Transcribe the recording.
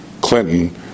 Clinton